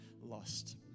lost